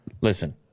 listen